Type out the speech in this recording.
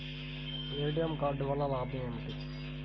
ATM card వల్ల లాభం ఏమిటి?